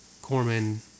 Corman